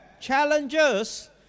challenges